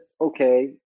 Okay